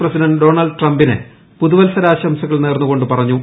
president Donald ട്രംപിന് പുതുവത്സരാംസകൾ നേർന്നു കൊണ്ടു പറഞ്ഞു